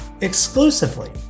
exclusively